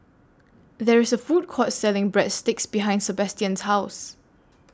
There IS A Food Court Selling Breadsticks behind Sebastian's House